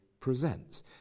presents